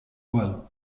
well